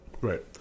Right